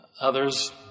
Others